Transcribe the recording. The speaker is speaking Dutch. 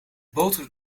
botert